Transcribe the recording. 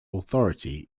authority